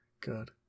Good